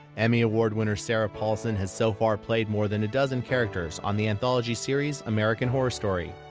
uemmy award winner sarah paulson has so far played more than a dozen characters on the anthology series american horror story.